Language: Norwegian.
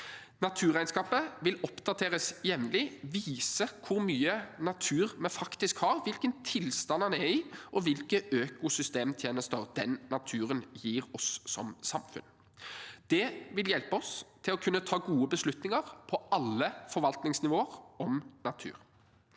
Naturregnskapet vil oppdateres jevnlig og vise hvor mye natur vi faktisk har, hvilken tilstand den er i, og hvilke økosystemtjenester den gir oss som samfunn. Det vil hjelpe oss til å kunne ta gode beslutninger om natur på alle forvaltningsnivåer.